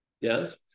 Yes